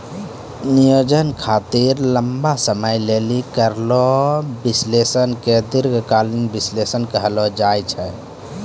नियोजन खातिर लंबा समय लेली करलो विश्लेषण के दीर्घकालीन विष्लेषण कहलो जाय छै